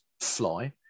fly